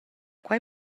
quei